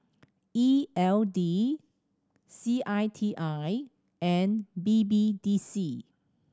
E L D C I T I and B B D C